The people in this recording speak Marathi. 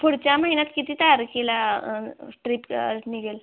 पुढच्या महिन्यात किती तारखेला ट्रीप निघेल